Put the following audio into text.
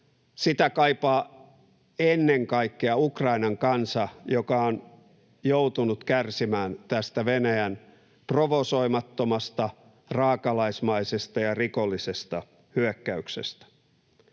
Sitä kaipaa ennen kaikkea Ukrainan kansa, joka on joutunut kärsimään tästä Venäjän provosoimattomasta, raakalaismaisesta ja rikollisesta hyökkäyksestä.